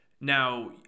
Now